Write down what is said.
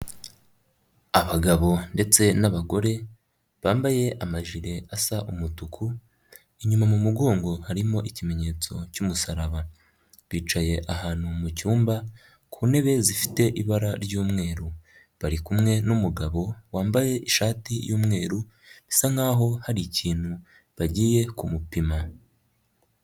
Abagabo ndetse n'abagore bambaye amajire asa umutuku, inyuma mu mugongo harimo ikimenyetso cy'umusaraba, bicaye ahantu mu cyumba ku ntebe zifite ibara ry'umweru, bari kumwe n'umugabo wambaye ishati y'umweru bisa nkaho hari ikintu bagiye kumupima.